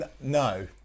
no